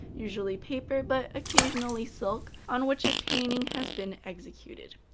usually paper, but occasionally silk, on which a painting has been executed.